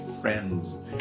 friends